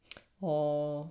orh